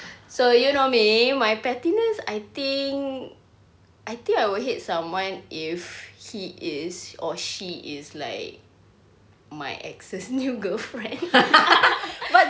so you know me pettiness I think I think I will hate someone if he is or she is like my ex's new girlfriend